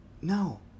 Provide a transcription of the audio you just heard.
No